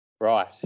Right